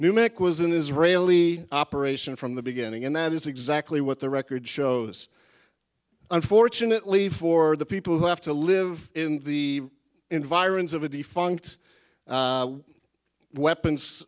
new mic was an israeli operation from the beginning and that is exactly what the record shows unfortunately for the people who have to live in the environs of a defunct weapons